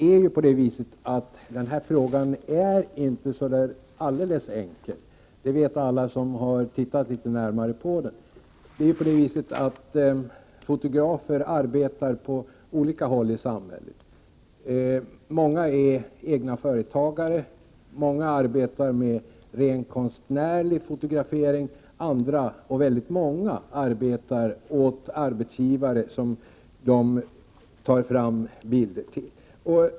Herr talman! Den här frågan är inte så där alldeles enkel, det vet alla som har tittat litet närmare på den. Fotografer arbetar på olika håll i samhället. Många är egna företagare, många arbetar med rent konstnärlig fotografering, andra — och väldigt många — är anställda hos arbetsgivare som de tar fram bilder till.